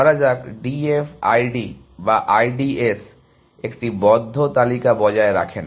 ধরা যাক D F I D বা I D S একটি বন্ধ তালিকা বজায় রাখে না